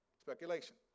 Speculation